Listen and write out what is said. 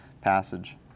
passage